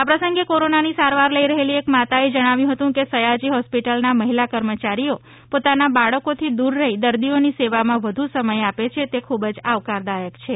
આ પ્રસંગે કોરોનાની સારવાર લઈ રહેલી એક માતાએ જણાવ્યું હતું કે સયાજી હોસ્પિટલ ના મહિલા કર્મચારીઓ પોતાના બાળકોથી દૂર રહી દર્દીઓની સેવામાં વધુ સમય આપે છે તે ખૂબ જ આવકારદાયક છે